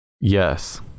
Yes